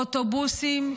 אוטובוסים,